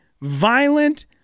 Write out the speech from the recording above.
violent